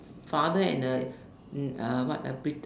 father and the what a